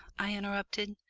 i interrupted.